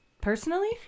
Personally